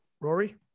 rory